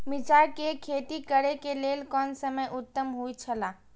मिरचाई के खेती करे के लेल कोन समय उत्तम हुए छला?